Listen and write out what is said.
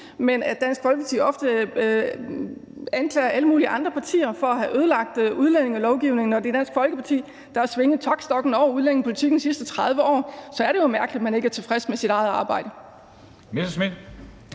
Folkeparti ofte anklager alle mulige andre partier for at have ødelagt udlændingelovgivningen, når det er Dansk Folkeparti, der har svinget taktstokken over udlændingepolitikken i de sidste 30 år. Så er det jo mærkeligt, at man ikke er tilfreds med sit eget arbejde.